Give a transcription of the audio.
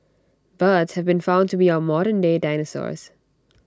birds have been found to be our modernday dinosaurs